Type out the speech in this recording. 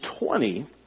20